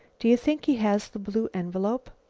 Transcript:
do you think he has the blue envelope?